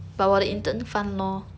then ya